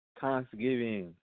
thanksgiving